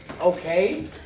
okay